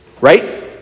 right